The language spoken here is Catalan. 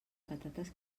patates